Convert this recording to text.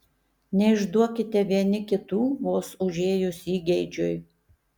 neišduokite vieni kitų vos užėjus įgeidžiui